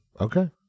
Okay